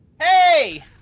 Hey